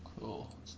Cool